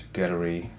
gallery